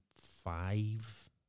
five